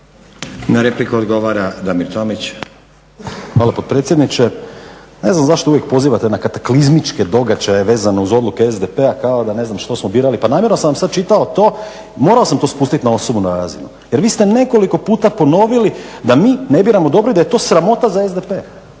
Na repliku odgovara Damir Tomić. **Tomić, Damir (SDP)** Hvala potpredsjedniče. Ne znam zašto uvijek pozivate na kataklizmičke događaje vezano uz odluke SDP-a kao da ne znam što smo birali. Pa namjerno sam vam sada čitao to i morao sam to spustiti na osobnu razinu jer vi ste nekoliko puta ponovili da mi ne biramo dobro i da je to sramota za SDP.